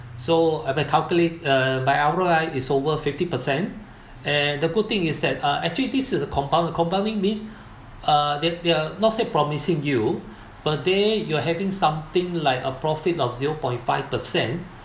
so am I calculate uh my R_O_I is over fifty per cent and the good thing is that uh actually this is a compound the compounding means uh they're they're not say promising you per day you're having something like a profit of zero point five per cent